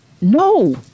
no